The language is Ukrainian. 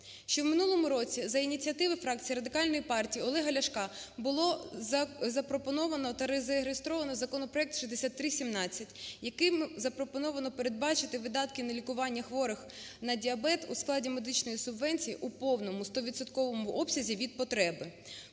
Ще в минулому році за ініціативи фракції Радикальної партії Олега Ляшка було запропоновано та зареєстровано законопроект 6317, яким запропоновано передбачити видатки на лікування хворих на діабет у складі медичної субвенції у повному, 100-відсотковому, обсязі від потреби.